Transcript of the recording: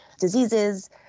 diseases